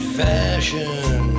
fashion